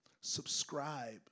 subscribe